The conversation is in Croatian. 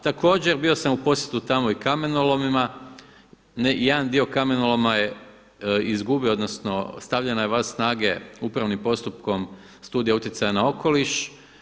Također bio sam u posjetu tamo i kamenolomima, jedan dio kamenoloma je izgubio, odnosno stavljena je van snage upravnim postupkom studija utjecaja na okoliš.